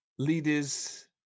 Leaders